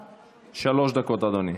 שלוש דקות, אדוני.